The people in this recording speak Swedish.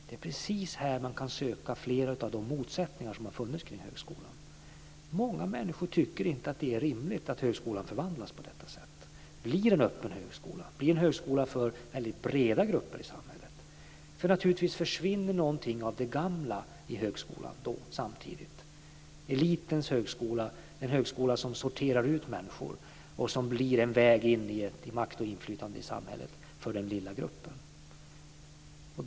Det är precis här man kan finna flera av de motsättningar som har funnits kring högskolan. Många människor tycker inte att det är rimligt att högskolan förvandlas på detta sätt och blir en öppen högskola och en högskola för väldigt breda grupper i samhället. Naturligtvis försvinner någonting av det gamla i högskolan samtidigt: elitens högskola - en högskola som sorterar ut människor och som blir en väg in i makt och inflytande i samhället för den lilla gruppen.